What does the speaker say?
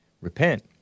Repent